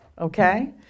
okay